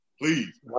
Please